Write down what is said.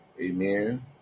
Amen